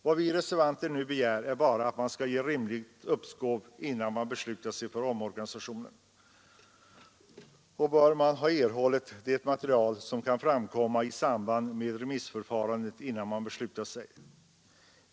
Vad vi reservanter nu begär är bara att man skall ge rimligt uppskov och att man bör ha erhållit det material som kan framkomma i samband med remissförfarandet, innan man beslutar sig för omorganisationen.